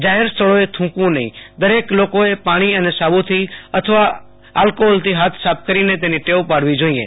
જાહેર સ્થળોએ થુ કવુ નહીં દરેક લોકોએ પાણી અને સાબુ અથવા આલ્કીહીલથી હાથ સાફ કરીને તેની ટેવ પાડવી જોઈએ